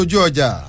Georgia